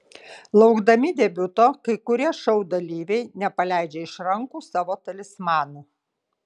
laukdami debiuto kai kurie šou dalyviai nepaleidžia iš rankų savo talismanų